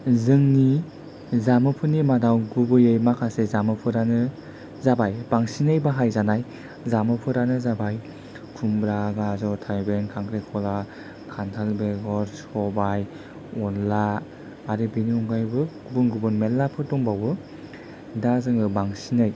जोंनि जामुफोरनि मादाव गुबैयै माखासे जामुफोरानो जाबाय बांसिनै बाहायजानाय जामुफोरानो जाबाय खुमब्रा गाजर थाइबें खांख्रिखला खान्थाल बेगर सबाइ अनद्ला आरो बेनि अनगायैबो गुबुन गुबुन मेरलाफोर दंबावो दा जोङो बांसिनै